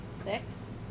Six